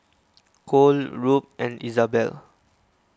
Cole Rube and Izabelle